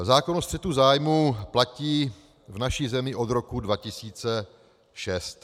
Zákon o střetu zájmů platí v naší zemi od roku 2006.